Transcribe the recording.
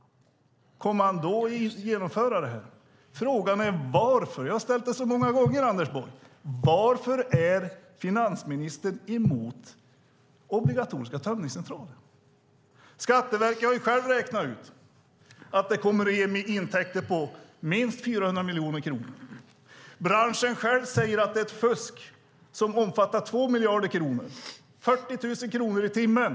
Kommer han då att genomföra förslagen? Frågan är varför. Jag har ställt frågan många gånger, Anders Borg. Varför är finansministern emot obligatoriska tömningscentraler? Skatteverket har själv räknat ut att de kommer att ge intäkter på minst 400 miljoner kronor. Branschen själv säger att fusket omfattar 2 miljarder kronor. Det är 40 000 kronor i timmen.